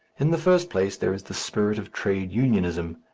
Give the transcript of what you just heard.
in the first place there is the spirit of trade unionism,